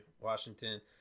Washington